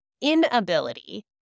inability